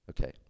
Okay